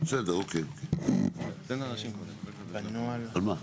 את מעדיפה לדון על הסעיפים.